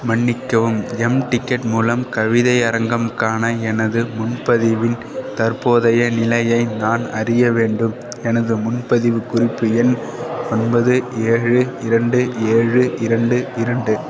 மன்னிக்கவும் எம்டிக்கெட் மூலம் கவிதையரங்கம் க்கான எனது முன்பதிவின் தற்போதைய நிலையை நான் அறிய வேண்டும் எனது முன்பதிவு குறிப்பு எண் ஒன்பது ஏழு இரண்டு ஏழு இரண்டு இரண்டு